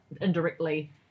indirectly